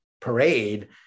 parade